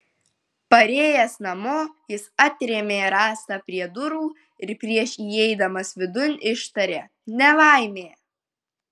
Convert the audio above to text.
parėjęs namo jis atrėmė rąstą prie durų ir prieš įeidamas vidun ištarė nelaimė